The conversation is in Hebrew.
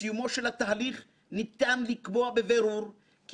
בסיומו של התהליך ניתן לקבוע בבירור כי